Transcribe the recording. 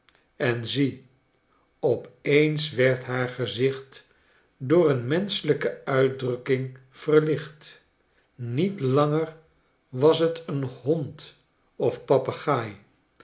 en zie op eens werd haar gezicht door een menschelijke uitdrukking verlicht niet langer was t een hond of papegaai